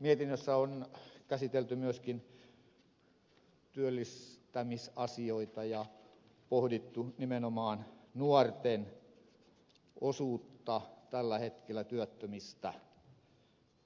mietinnössä on käsitelty myöskin työllistämisasioita ja pohdittu nimenomaan nuorten osuutta tällä hetkellä työttömistä